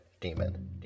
Demon